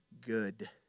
good